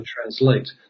translate